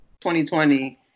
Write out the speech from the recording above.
2020